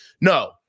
No